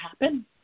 happen